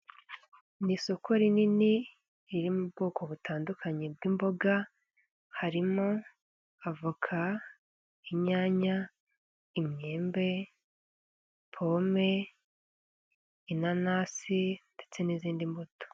Mu isoko rinini ririmo bwoko butandukanye bw'imboga, harimo avoka, inyanya, imyembe, pome, inanasi ndetse n'izindi mbuto.